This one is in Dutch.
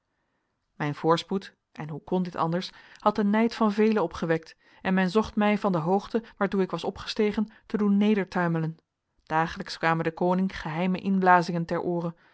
mijn voorspoed en hoe kon dit anders had den nijd van velen opgewekt en men zocht mij van de hoogte waartoe ik was opgestegen te doen nedertuimelen dagelijks kwamen den koning geheime inblazingen ter oore